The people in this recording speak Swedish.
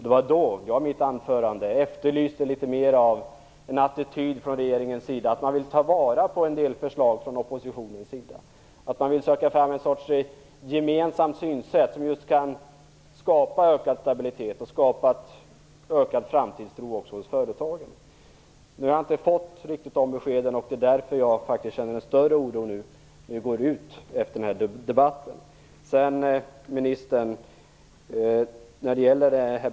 Det var därför jag i mitt anförande efterlyste litet mer av en sådan attityd från regeringens sida att man vill ta vara på en del av oppositionens förslag, att man vill söka ett sorts gemensamt synsätt som kan skapa ökad stabilitet och en ökad framtidstro också hos företagen. Jag har inte fått riktigt de beskeden. Det är därför jag faktiskt känner en större oro nu, efter den här debatten.